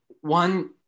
one